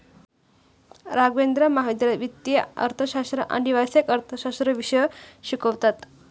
राघवेंद्र महाविद्यालयात वित्तीय अर्थशास्त्र आणि व्यावसायिक अर्थशास्त्र विषय शिकवतात